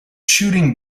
shooting